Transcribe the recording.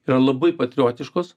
yra labai patriotiškos